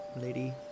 lady